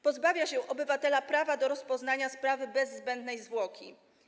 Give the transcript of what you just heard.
Pozbawia się obywatela prawa do rozpoznania sprawy bez zbędnej zwłoki.